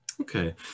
Okay